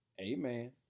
Amen